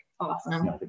awesome